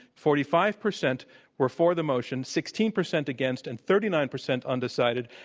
forty five percent were for the motion, sixteen percent against, and thirty nine percent undecided.